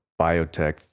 biotech